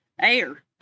air